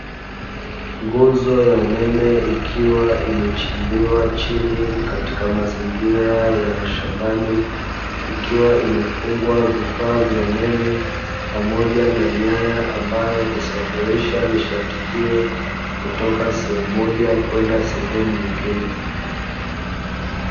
Nguzo ya umeme ikiwa imechimbiwa chini katika mazingira ya mashambani, ikiwa imefungwa vifaa vya umeme pamoja na nyaya ambayo husafirisha nishati hiyo kutoka sehemu moja kwenda sehemu nyingine.